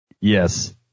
yes